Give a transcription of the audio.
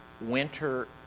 winter